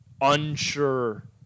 unsure